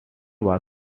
was